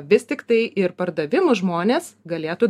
vis tiktai ir pardavimų žmonės galėtų